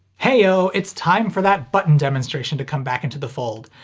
heyo, it's time for that button demonstration to come back into the fold.